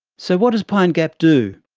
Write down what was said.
so what does pine gap do?